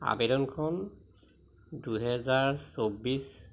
আবেদনখন দুহেজাৰ চৌবিছ